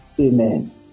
Amen